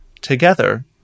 together